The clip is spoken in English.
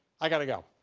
i gotta go.